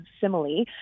simile